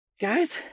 Guys